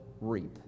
reap